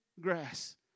grass